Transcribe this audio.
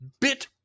bit